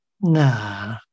nah